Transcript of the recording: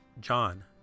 John